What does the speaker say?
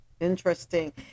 Interesting